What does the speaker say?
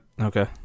Okay